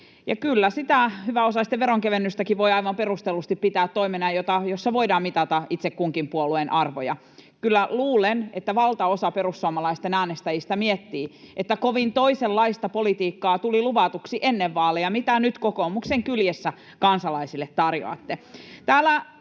kyllä sitä hyväosaisten veronkevennystäkin voi aivan perustellusti pitää toimena, jossa voidaan mitata itse kunkin puolueen arvoja. Kyllä luulen, että valtaosa perussuomalaisten äänestäjistä miettii, että ennen vaaleja tuli luvatuksi kovin toisenlaista politiikkaa kuin mitä nyt kokoomuksen kyljessä kansalaisille tarjoatte.